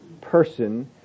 person